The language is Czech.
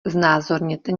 znázorněte